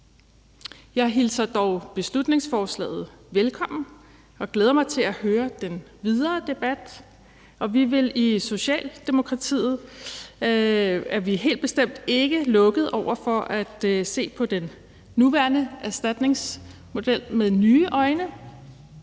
Jeg hilser dog beslutningsforslaget velkommen og glæder mig til at høre den videre debat, og vi er i Socialdemokratiet helt bestemt ikke lukket over for at se på den nuværende erstatningsmodel med nye øjne,